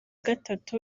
gatatu